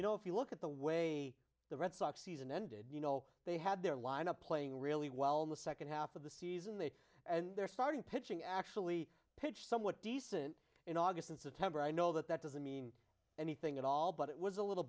you know if you look at the way the red sox season ended you know they had their lineup playing really well in the second half of the season they and their starting pitching actually pitched somewhat decent in august and september i know that that doesn't mean anything at all but it was a little